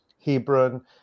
Hebron